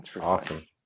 Awesome